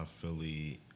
Philly